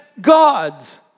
gods